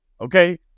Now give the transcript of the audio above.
okay